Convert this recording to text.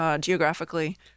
geographically